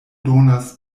donas